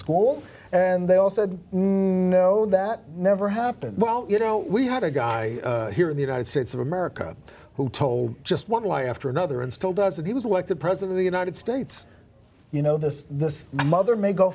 school and they all said no that never happened well you know we had a guy here in the united states of america who told just one lie after another and still does that he was elected president of the united states you know this this mother may go